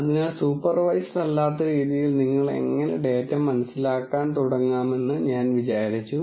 അതിനാൽ സൂപ്പർവൈസ്ഡ് അല്ലാത്ത രീതിയിൽ നിങ്ങൾക്ക് എങ്ങനെ ഡാറ്റ മനസ്സിലാക്കാൻ തുടങ്ങാമെന്ന് ഞാൻ വിശദീകരിച്ചു